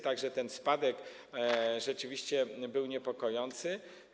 Tak że ten spadek rzeczywiście był niepokojący.